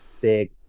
big